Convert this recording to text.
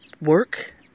work